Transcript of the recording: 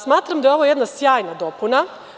Smatram da je ovo jedna sjajna dopuna.